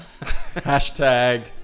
Hashtag